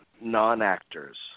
non-actors